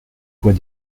vois